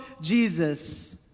Jesus